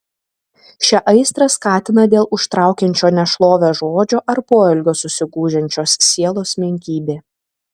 šią aistrą skatina dėl užtraukiančio nešlovę žodžio ar poelgio susigūžiančios sielos menkybė